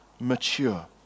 mature